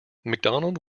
mcdonald